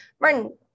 Martin